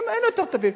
אין יותר טובים.